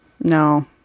No